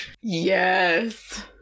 Yes